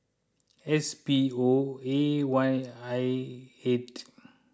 S P O A Y I eight